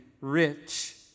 rich